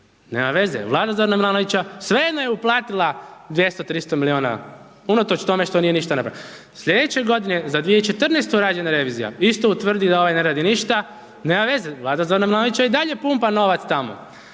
nema veze, vlada Zorana Milanovića svejedno je uplatila 200, 300 miliona unatoč tome što nije ništa napravljeno. Slijedeće godine za 2014. rađena revizija isto utvrdi da ovaj ne radi ništa, nema veze, vlada Zorana Milanovića i dalje pumpa novac tamo,